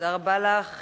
תודה רבה לך.